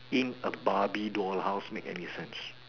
in a barbie doll house make any sense